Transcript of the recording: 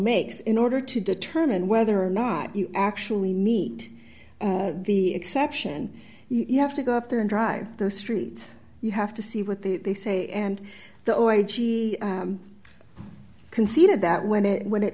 makes in order to determine whether or not you actually meet the exception you have to go up there and drive the streets you have to see what the they say and the weight she conceded that when it when it